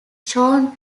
shown